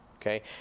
Okay